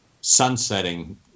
sunsetting